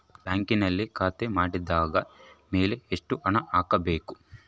ಬ್ಯಾಂಕಿನಲ್ಲಿ ಖಾತೆ ಮಾಡಿದ ಮೇಲೆ ಎಷ್ಟು ಹಣ ಹಾಕಬೇಕು?